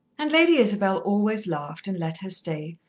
and lady isabel always laughed, and let her stay,